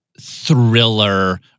thriller